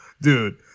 dude